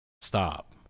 Stop